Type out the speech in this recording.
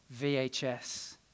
VHS